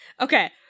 Okay